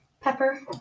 pepper